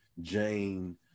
Jane